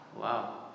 wow